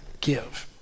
give